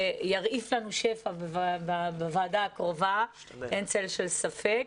שירעיף לנו שפע בוועדה הקרובה, אין צל ספק.